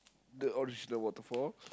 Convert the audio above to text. the original waterfall